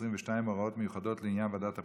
העשרים-ושתיים (הוראות מיוחדות לעניין ועדת הבחירות),